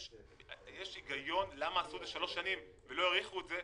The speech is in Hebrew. יש הגיון למה קבעו שלוש שנים ולא האריכו את זה.